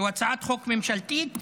שהוא הצעת חוק ממשלתית,